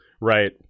right